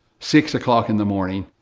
six o'clock in the morning,